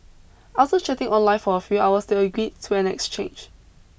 after chatting online for a few hours they agreed to an exchange